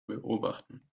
beobachten